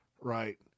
right